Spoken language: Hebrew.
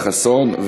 חסון,